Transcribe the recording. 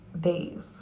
days